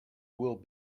will